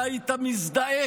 אתה היית מזדעק,